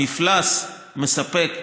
המפל"ס מספק,